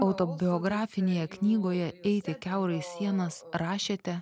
autobiografinėje knygoje eiti kiaurai sienas rašėte